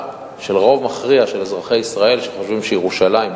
של רוב מכריע של אזרחי ישראל שחושבים שירושלים,